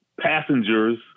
passengers